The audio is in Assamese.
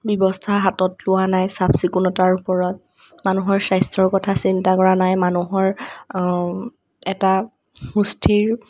ব্যৱস্থা হাতত লোৱা নাই চাফ চিকুণতাৰ ওপৰত মানুহৰ স্বাস্থ্যৰ কথা চিন্তা কৰা নাই মানুহৰ এটা সুস্থিৰ